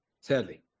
sadly